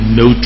no